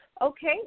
Okay